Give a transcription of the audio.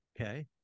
Okay